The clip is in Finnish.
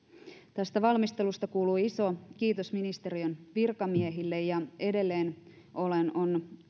tästä valmistelusta kuuluu iso kiitos ministeriön virkamiehille ja edelleen on